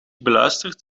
beluisterd